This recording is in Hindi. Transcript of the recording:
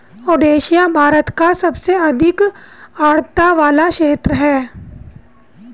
ओडिशा भारत का सबसे अधिक आद्रता वाला क्षेत्र है